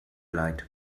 leid